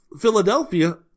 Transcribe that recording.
Philadelphia